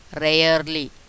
Rarely